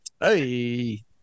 Hey